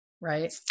right